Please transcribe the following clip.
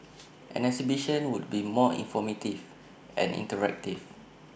an exhibition would be more informative and interactive